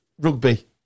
Rugby